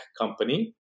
company